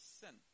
sin